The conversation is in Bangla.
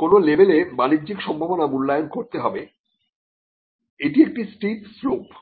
কোন লেভেলে বাণিজ্যিক সম্ভাবনা মূল্যায়ন করতে হবে এটি একটি স্টিপ স্লোপ